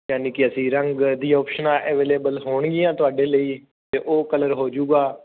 ਯਾਨੀ ਕਿ ਅਸੀਂ ਰੰਗ ਦੀ ਆਪਸ਼ਨਾਂ ਅਵੇਲੇਬਲ ਹੋਣਗੀਆਂ ਤੁਹਾਡੇ ਲਈ ਅਤੇ ਉਹ ਕਲਰ ਹੋ ਜਾਵੇਗਾ